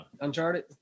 Uncharted